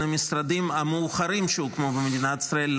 המשרדים המאוחרים שהוקמו במדינת ישראל.